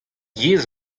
yezh